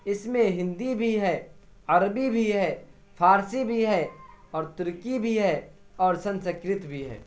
اس میں ہندی بھی ہے عربی بھی ہے فارسی بھی ہے اور ترکی بھی ہے اور سنسکرت بھی ہے